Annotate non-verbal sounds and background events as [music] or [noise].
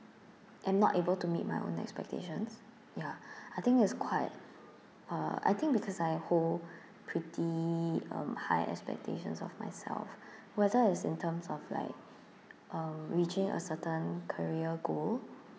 am not able to meet my own expectations ya [breath] I think it's quite uh I think because I hold pretty um high expectations of myself [breath] whether it's in terms of like um reaching a certain career goal